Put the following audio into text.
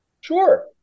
Sure